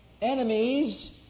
Enemies